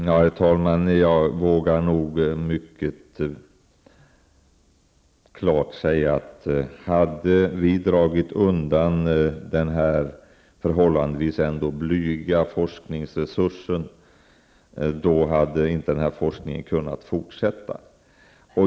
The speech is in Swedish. Herr talman! Jag vågar nog mycket klart säga att om vi hade dragit tillbaka denna förhållandevis blygsamma forskningsresurs, hade den här forskningen inte kunnat fortsätta.